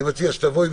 אני מציע שתבואי.